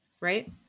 right